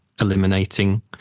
eliminating